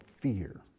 fear